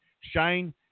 Shane